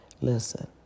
Listen